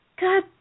God